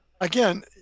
Again